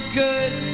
good